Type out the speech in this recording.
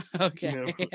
Okay